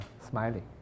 smiling